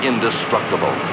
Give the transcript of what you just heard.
indestructible